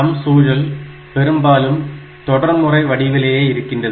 நம் சூழல் பெரும்பாலும் தொடர்முறை வடிவிலேயே இருக்கின்றது